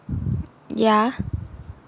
ya